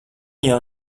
jau